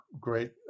great